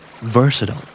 Versatile